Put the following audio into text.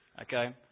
okay